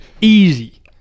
easy